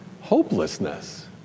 hopelessness